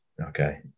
Okay